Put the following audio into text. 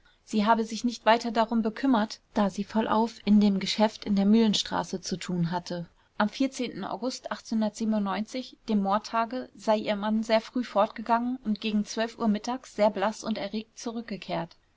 sie habe sich nicht weiter darum bekümmert da sie vollauf in dem geschäft in der mühlenstraße zu tun hatte am august dem mordtage sei ihr mann sehr früh fortgegangen und gegen uhr mittags sehr blaß und erregt zurückgekehrt